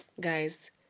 guys